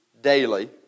daily